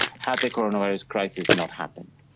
had the corona virus crisis not happened.